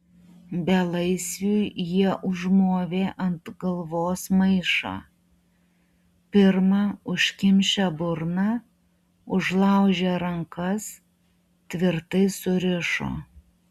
belaisviui jie užmovė ant galvos maišą pirma užkimšę burną užlaužė rankas tvirtai surišo